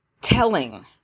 telling